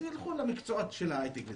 אז יילכו למקצועות של הייטק וזה.